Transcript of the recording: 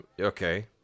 Okay